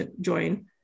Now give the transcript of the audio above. join